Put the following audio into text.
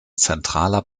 zentraler